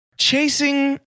Chasing